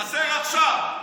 חסרים עכשיו.